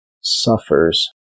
suffers